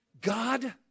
God